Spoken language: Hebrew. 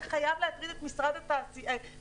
זה חייב להטריד את משרד האוצר.